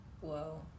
Whoa